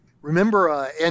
remember